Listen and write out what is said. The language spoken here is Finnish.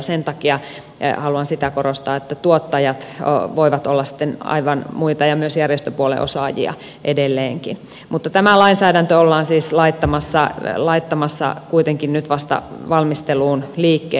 sen takia haluan sitä korostaa että tuottajat voivat olla sitten aivan muita ja myös järjestöpuolen osaajia edelleenkin mutta tämä lainsäädäntö ollaan siis laittamassa kuitenkin nyt vasta valmisteluun liikkeelle